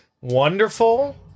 Wonderful